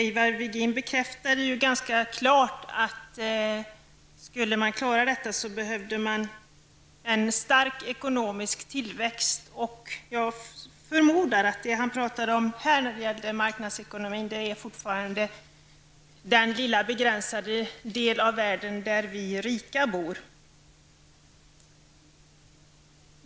Ivar Virgin berättade tydligt att om man skall klara detta, behöver man en stark ekonomisk tillväxt. Jag förmodar att vad han avsåg med marknadsekonomi fortfarande är den lilla begränsade del av världen där vi rika bor.